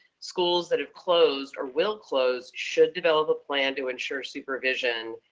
schools that have closed or will close should develop a plan to ensure supervision.